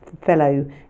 fellow